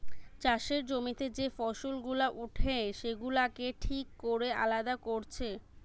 চাষের জমিতে যে ফসল গুলা উঠে সেগুলাকে ঠিক কোরে আলাদা কোরছে